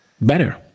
Better